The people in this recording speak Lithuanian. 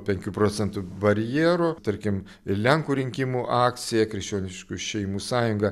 penkių procentų barjero tarkim lenkų rinkimų akcija krikščioniškų šeimų sąjunga